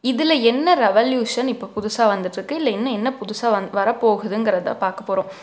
இதில் என்ன ரெவல்யூஷன் இப்போ புதுசாக வந்துட்டுருக்கு இல்லை என்ன என்ன புதுசாக வந்து வர போகுதுங்கிறதை பார்க்க போகறோம்